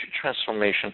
transformation